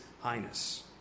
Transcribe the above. Highness